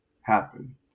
happen